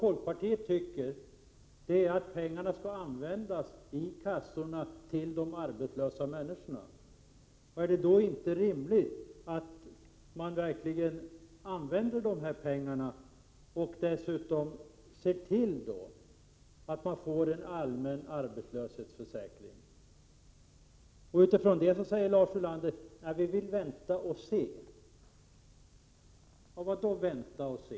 Folkpartiet menar att pengarna i kassorna skall ges till de arbetslösa människorna. Är det då inte rimligt att man verkligen använder dessa pengar och dessutom ser till att man får en allmän arbetslöshetsförsäkring? På detta svarar Lars Ulander att man vill vänta och se. Vad då vänta och se?